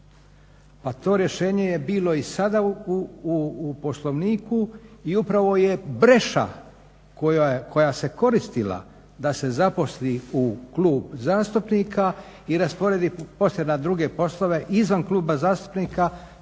to rješenje je bilo i sada u Poslovniku i upravo je preša koja se koristila da se zaposli u klub zastupnika i rasporedi poslije na druge poslove izvan kluba zastupnika